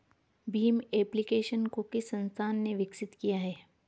Bhim application को किस संस्था ने विकसित किया है?